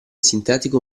sintetico